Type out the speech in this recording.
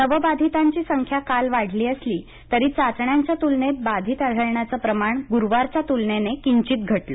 नव बाधितांची संख्या काल वाढली असली तरी चाचण्यांच्या तुलनेत बाधित आढळण्यांचं प्रमाण गुरुवारच्या तुलनेत किंचित घटलं